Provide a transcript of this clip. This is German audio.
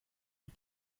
die